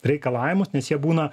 reikalavimus nes jie būna